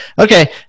Okay